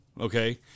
Okay